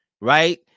Right